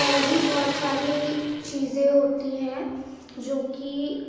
اور بھی بہت ساری چیزیں ہوتی ہیں جو کہ